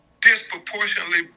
disproportionately